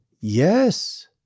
Yes